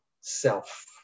self